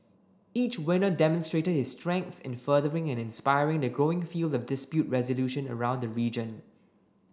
each winner demonstrated his strengths in furthering and inspiring the growing field of dispute resolution around the region